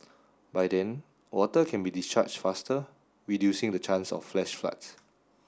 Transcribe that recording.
by then water can be discharged faster reducing the chance of flash floods